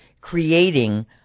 creating